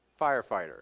firefighter